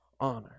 honor